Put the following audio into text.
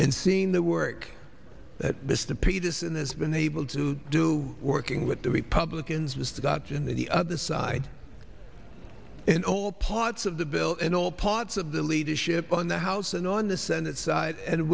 and seeing the work that mr peterson has been able to do working with the republicans this deduction that the other side in all parts of the bill and all parts of the leadership on the house and on the senate side and